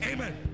Amen